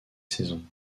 saison